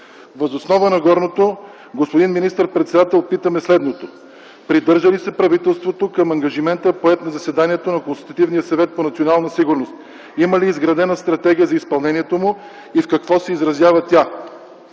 Въз основа на горното, господин министър-председател, питаме следното: придържа ли се правителството към ангажимента, поет на заседанието на Консултативния съвет по национална сигурност? Има ли изградена стратегия за изпълнението му и в какво се изразява тя?